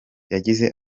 yagize